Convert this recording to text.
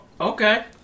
Okay